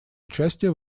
участие